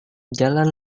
jalan